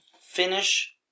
Finish